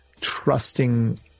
trusting